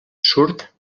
surt